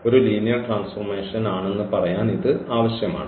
ഒരു linear transformation ആണെന്ന് പറയാൻ ഇത് ആവശ്യമാണ്